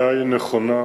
נכון,